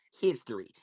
history